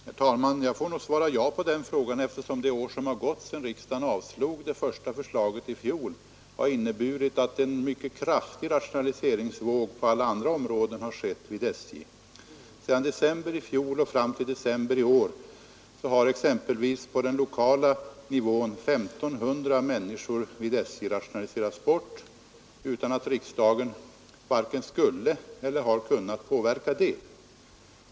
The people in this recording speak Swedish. Herr talman! Jag får nog svara ja på den frågan, eftersom det år som har gått sedan riksdagen avslog det första förslaget i fjol har inneburit att en mycket kraftig rationaliseringsvåg på alla andra områden har gått fram vid SJ. Sedan december i fjol fram till december i år har exempelvis på den lokala nivån 1 500 människor vid SJ rationaliserats bort utan att riksdagen vare sig skulle eller kunnat påverka det.